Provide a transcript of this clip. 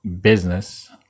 business